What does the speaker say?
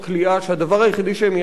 שהדבר היחידי שהם יעשו,